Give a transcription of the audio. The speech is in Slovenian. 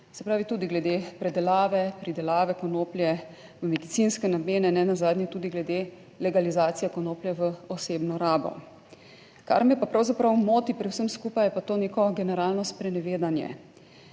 Se pravi, tudi glede predelave, pridelave konoplje v medicinske namene, ne nazadnje tudi glede legalizacije konoplje v osebno rabo. Kar me pa pravzaprav moti pri vsem skupaj je pa to neko generalno sprenevedanje.